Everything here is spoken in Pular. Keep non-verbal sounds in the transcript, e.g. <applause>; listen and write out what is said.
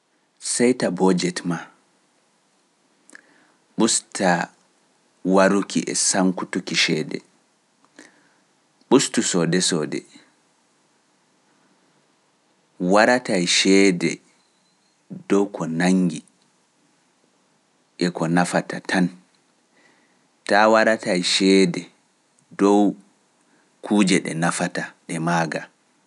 <unintelligible> Seyta bojet maa, usta waruki e sankutuki ceede, ustu soode soode, waratae ceede dow ko nanngi e ko nafata tan, taa waratae ceede dow kuuje ɗe nafata ɗe maaga.